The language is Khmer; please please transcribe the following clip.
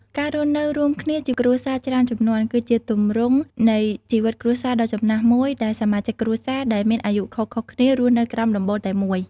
ការរស់នៅរួមគ្នាជាគ្រួសារច្រើនជំនាន់ គឺជាទម្រង់នៃជីវិតគ្រួសារដ៏ចំណាស់មួយ ដែលសមាជិកគ្រួសារដែលមានអាយុខុសៗគ្នារស់នៅក្រោមដំបូលតែមួយ។